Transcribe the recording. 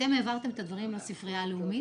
אתם העברתם את הדברים לספרייה הלאומית,